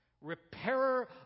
repairer